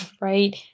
right